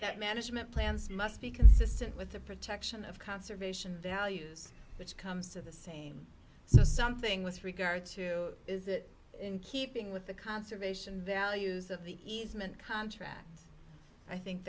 that management plans must be consistent with the protection of conservation values which comes to the same something with regard to is it in keeping with the conservation values of the easement contract i think